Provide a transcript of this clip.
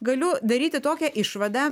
galiu daryti tokią išvadą